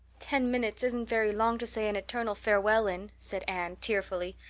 ten minutes isn't very long to say an eternal farewell in, said anne tearfully.